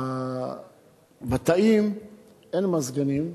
בתאים אין מזגנים.